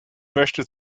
möchte